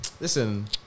listen